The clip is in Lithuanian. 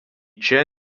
čia